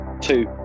Two